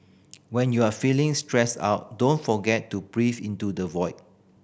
when you are feeling stressed out don't forget to breathe into the void